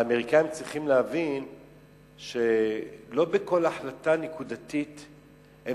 והאמריקנים צריכים להבין שלא בכל החלטה נקודתית הם